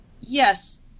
yes